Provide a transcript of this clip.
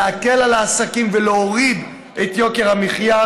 להקל על העסקים ולהוריד את יוקר המחיה,